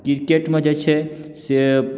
क्रिकेटमे जे छै से